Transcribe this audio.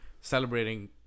celebrating